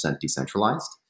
decentralized